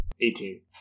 Eighteen